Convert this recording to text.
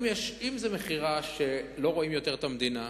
אם זו מכירה שלא רואים יותר את המדינה,